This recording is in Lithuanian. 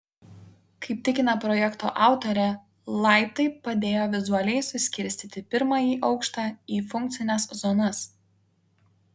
kaip tikina projekto autorė laiptai padėjo vizualiai suskirstyti pirmąjį aukštą į funkcines zonas